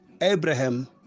Abraham